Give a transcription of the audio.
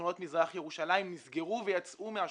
בשכונות מזרח ירושלים נסגרו ויצאו מהשכונות.